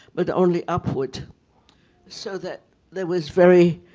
but only upward so that there was very